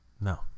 No